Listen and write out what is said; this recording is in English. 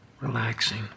relaxing